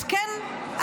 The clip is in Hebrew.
אז כן,